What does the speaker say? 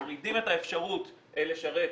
מורידים את האפשרות לשרת,